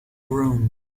groom